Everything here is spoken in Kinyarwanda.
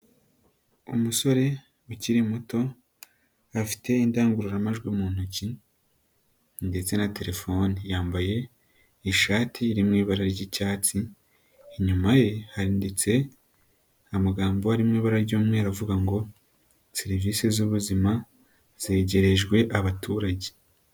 Umusore ukiri muto, afite indangururamajwi mu ntoki ndetse na telefone, yambaye ishati iri mu ibara ry'icyatsi, inyuma ye handitse amagambo arimo ibara ry'umweru avuga ngo "serivisi zubuzima zegerejwe abaturage".